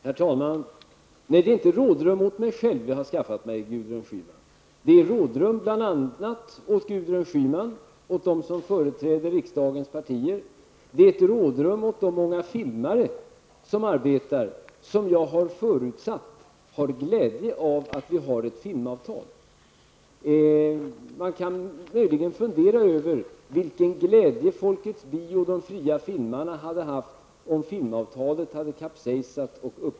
Herr talman! Nej, det är inte rådrum åt mig själv som jag har skaffat, Gudrun Schyman! Det är rådrum åt bl.a. Gudrun Schyman, åt dem som företräder riksdagens partier, liksom åt de många filmare som finns och som jag har förutsatt har glädje av att vi har ett filmavtal. Man kan möjligen fundera över vilken glädje Folkets bio och De fria filmarna hade haft, om filmavtalet hade upphört.